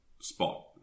spot